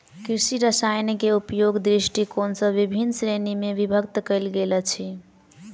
कृषि रसायनकेँ उपयोगक दृष्टिकोण सॅ विभिन्न श्रेणी मे विभक्त कयल गेल अछि